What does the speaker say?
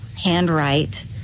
handwrite